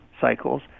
cycles